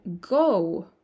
go